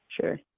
Sure